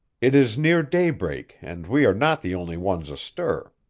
it is near daybreak, and we are not the only ones astir.